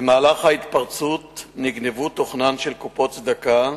במהלך ההתפרצות נגנבו תוכנן של קופות צדקה,